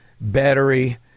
battery